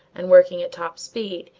and working at top speed,